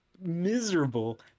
miserable